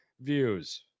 views